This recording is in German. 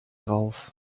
drauf